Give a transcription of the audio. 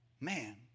Man